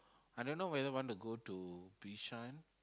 I don't know whether want to go to Bishan